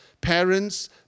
parents